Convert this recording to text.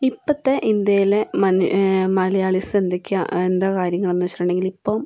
ഇപ്പോഴത്തെ ഇന്ത്യയിലെ മൻ മലയാളീസ് എന്തൊക്കെയാണ് എന്താണ് കാര്യങ്ങൾ എന്ന് വെച്ചിട്ടുണ്ടെങ്കിൽ ഇപ്പം